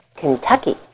Kentucky